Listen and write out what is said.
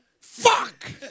fuck